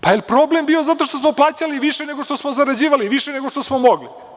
Pa, je li problem bio zato što smo plaćali više nego što smo zarađivali, više nego što smo mogli?